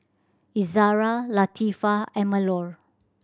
Izzara Latifa and Melur